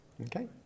Okay